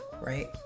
right